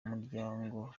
umuryango